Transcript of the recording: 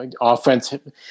offensive